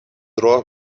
راه